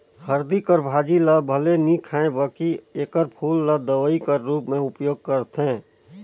हरदी कर भाजी ल भले नी खांए बकि एकर फूल ल दवई कर रूप में उपयोग करथे